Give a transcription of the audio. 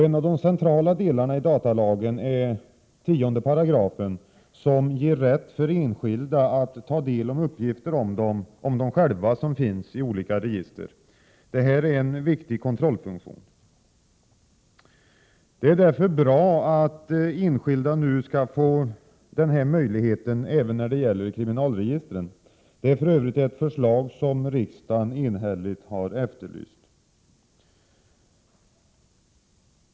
En av de centrala delarna i datalagen är 10 §, som ger rätt för enskilda att ta del av uppgifter om dem själva som finns i olika register. Detta är en viktig kontrollfunktion. Det är därför bra att enskilda nu skall få denna möjlighet även när det gäller kriminalregistret. Det är för övrigt ett förslag som riksdagen enhälligt har efterlyst.